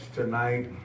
tonight